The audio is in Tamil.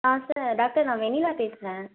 ஆ சார் டாக்டர் நான் வெண்ணிலா பேசுகிறேன்